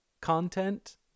content